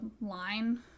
line